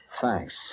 Thanks